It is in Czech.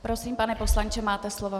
Prosím, pane poslanče, máte slovo.